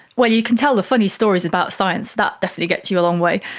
well, you can tell the funny stories about science, that's definitely gets you a long way.